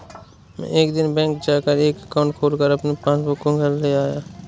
मै एक दिन बैंक जा कर एक एकाउंट खोलकर अपनी पासबुक को घर ले आया